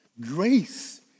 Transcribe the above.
Grace